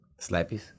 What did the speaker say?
Slappies